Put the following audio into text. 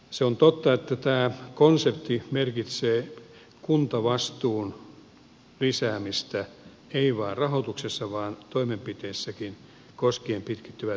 se on totta että tämä konsepti merkitsee kuntavastuun lisäämistä ei vain rahoituksessa vaan toimenpiteissäkin koskien pitkittyvää työttömyyttä